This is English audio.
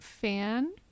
fan